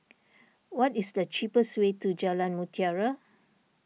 what is the cheapest way to Jalan Mutiara